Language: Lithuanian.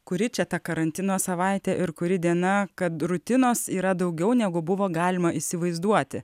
kuri čia ta karantino savaitė ir kuri diena kad rutinos yra daugiau negu buvo galima įsivaizduoti